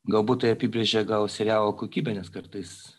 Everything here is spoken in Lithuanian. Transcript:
galbūt tai apibrėžia gal serialo kokybę nes kartais